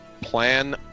plan